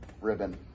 ribbon